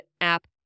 app